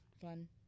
Fun